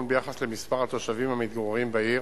ביחס למספר התושבים המתגוררים בעיר